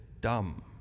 dumb